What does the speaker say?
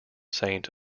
saint